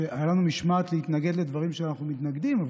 הייתה לנו משמעת להתנגד לדברים שאנחנו מתנגדים אליהם,